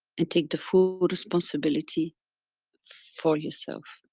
and take the full responsibility for yourself.